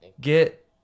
get